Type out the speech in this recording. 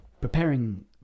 preparing